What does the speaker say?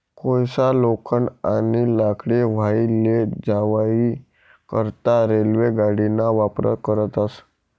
कोयसा, लोखंड, आणि लाकडे वाही लै जावाई करता रेल्वे गाडीना वापर करतस